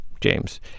James